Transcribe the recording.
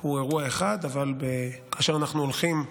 הוא אירוע אחד, אבל כאשר אנחנו הולכים למכולת,